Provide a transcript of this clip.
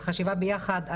של חשיבה ביחד,